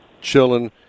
chilling